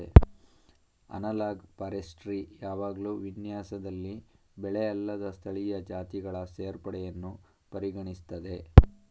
analogue forestry ಯಾವಾಗ್ಲೂ ವಿನ್ಯಾಸದಲ್ಲಿ ಬೆಳೆಅಲ್ಲದ ಸ್ಥಳೀಯ ಜಾತಿಗಳ ಸೇರ್ಪಡೆಯನ್ನು ಪರಿಗಣಿಸ್ತದೆ